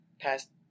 past